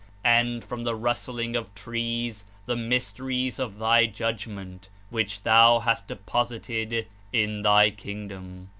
and from the rus tling of trees the mysteries of thy judgment, which thou hast deposited in thy kingdom.